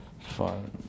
fun